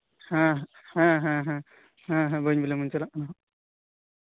ᱦᱮᱸ ᱦᱮᱸ ᱦᱮᱸ ᱦᱮᱸ ᱦᱮᱸ ᱵᱟᱹᱧ ᱵᱤᱞᱚᱢᱟ ᱪᱟᱞᱟᱜ ᱠᱟᱱᱟᱧ ᱦᱟᱜ